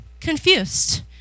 confused